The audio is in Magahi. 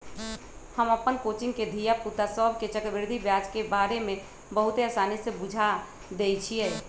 हम अप्पन कोचिंग के धिया पुता सभके चक्रवृद्धि ब्याज के बारे में बहुते आसानी से बुझा देइछियइ